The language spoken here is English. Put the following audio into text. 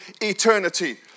eternity